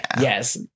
yes